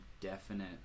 definite